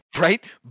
right